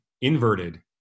inverted